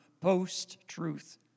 post-truth